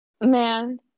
Man